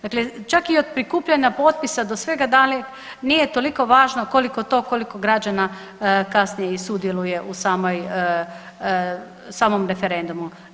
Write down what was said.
Dakle čak i od prikupljanja potpisa do svega dalje nije toliko važno koliko to koliko građana kasnije i sudjeluje u samom referendumu.